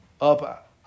up